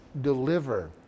deliver